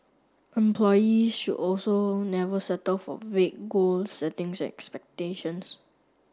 employees should also never settle for vague goal settings and expectations